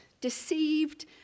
deceived